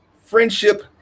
friendship